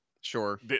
sure